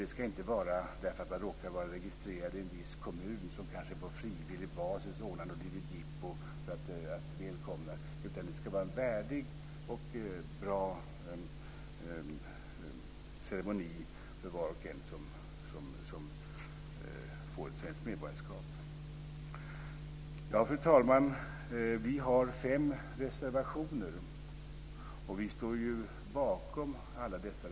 Det ska inte vara så därför att man råkar vara registrerad i en viss kommun som kanske på frivillig basis ordnar något jippo för att välkomna de nya, utan det ska vara en värdig och bra ceremoni för var och en som får ett svenskt medborgarskap. Fru talman! Vi har fem reservationer, och vi står bakom alla dessa.